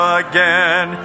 again